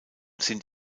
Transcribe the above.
sind